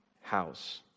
house